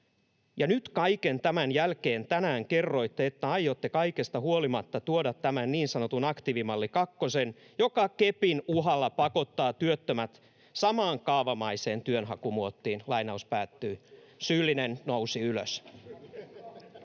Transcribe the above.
nyt kaiken tämän jälkeen tänään kerroitte, että aiotte kaikesta huolimatta tuoda tämän niin sanotun aktiivimalli kakkosen, joka kepin uhalla pakottaa työttömät samaan kaavamaisen työnhakumuottiin.” — Syyllinen nousi ylös: